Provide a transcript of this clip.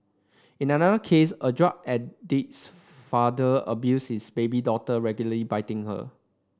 in another case a drug addict father abuses baby daughter regularly biting her